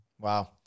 Wow